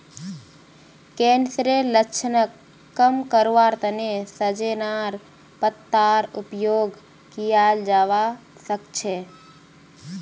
कैंसरेर लक्षणक कम करवार तने सजेनार पत्तार उपयोग कियाल जवा सक्छे